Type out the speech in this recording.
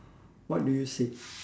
what do you say